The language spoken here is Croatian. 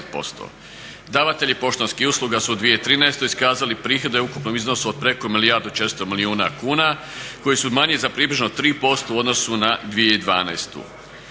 Davatelji poštanskih usluga su u 2013.iskazali prihode u ukupnom iznosu od preko milijardu 400 milijuna kuna koji su manji za približno 3% u odnosu na 2012.